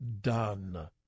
done